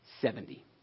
Seventy